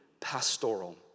pastoral